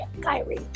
Kyrie